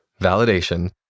validation